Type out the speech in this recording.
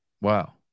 Wow